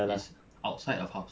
is outside of house